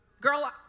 Girl